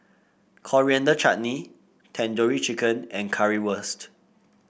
Coriander Chutney Tandoori Chicken and Currywurst